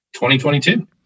2022